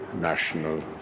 national